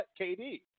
KD